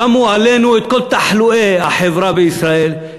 שמו עלינו את כל תחלואי החברה בישראל,